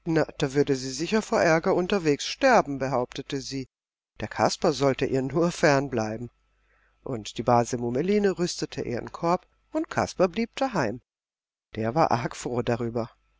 da würde sie sicher vor ärger unterwegs sterben behauptete sie der kasper sollte ihr nur fern bleiben und die base mummeline rüstete ihren korb und kasper blieb daheim der war arg froh darüber